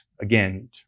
Again